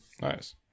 Nice